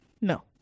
no